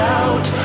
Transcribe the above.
out